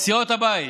סיעות הבית,